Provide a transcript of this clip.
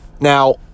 now